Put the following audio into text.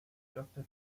doctor